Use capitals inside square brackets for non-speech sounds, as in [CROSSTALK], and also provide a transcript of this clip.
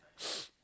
[NOISE]